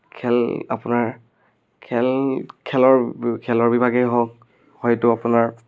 খেল আপোনাৰ খেল খেলৰ খেলৰ বিভাগেই হওক হয়তো আপোনাৰ